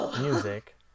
music